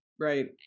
right